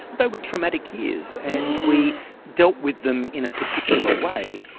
they were traumatic years and we dealt with them in a particular way.